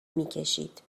میکشید